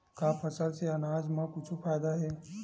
का फसल से आनाज मा कुछु फ़ायदा हे?